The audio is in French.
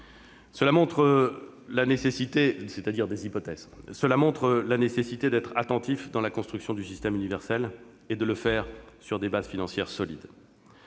Cela montre la nécessité d'être attentif dans la construction du système universel, qu'il faut établir sur des bases financières solides.